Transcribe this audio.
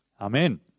Amen